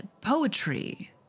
Poetry